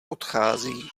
odchází